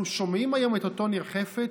אנחנו שומעים היום את אותו ניר חפץ,